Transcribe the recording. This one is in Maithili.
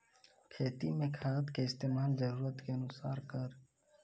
खेती मे खाद के इस्तेमाल जरूरत के अनुसार करऽ